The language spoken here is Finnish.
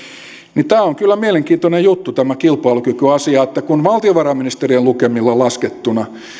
tämä on kyllä mielenkiintoinen juttu tämä kilpailukykyasia kun valtiovarainministeriön lukemilla laskettuna